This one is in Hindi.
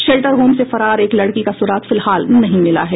शेल्टर होम से फरार एक लड़की का सुराग फिलहाल नहीं मिला है